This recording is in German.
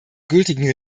gültigen